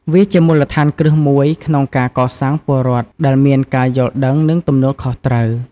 វាជាមូលដ្ឋានគ្រឹះមួយក្នុងការកសាងពលរដ្ឋដែលមានការយល់ដឹង និងទំនួលខុសត្រូវ។